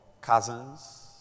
cousins